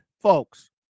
folks